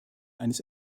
eines